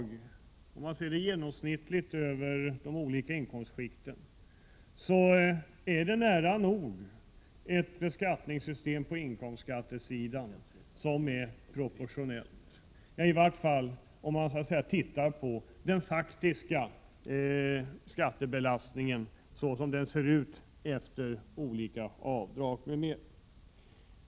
Genomsnittligt i de olika inkomstskikten har vi i dag ett skattesystem på inkomstskattesidan som nära nog är proportionellt, i vart fall vad gäller den faktiska skattebelastningen såsom den ser ut efter olika avdrag m.m.